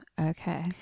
Okay